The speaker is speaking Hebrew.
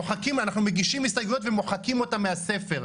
אנחנו מגישים הסתייגויות ומוחקים אותם מהספר,